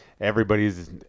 everybody's